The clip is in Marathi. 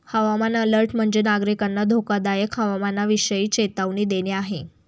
हवामान अलर्ट म्हणजे, नागरिकांना धोकादायक हवामानाविषयी चेतावणी देणे आहे